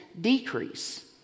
decrease